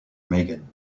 meighen